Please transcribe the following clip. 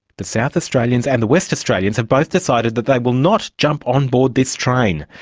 the south australians and the west australians have both decided that they will not jump on board this train.